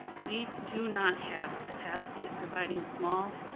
we do not have the capacity of providing small,